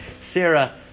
Sarah